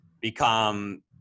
become